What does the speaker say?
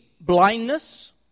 blindness